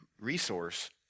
resource